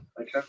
Okay